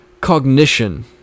cognition